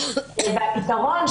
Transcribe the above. והפתרון,